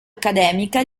accademica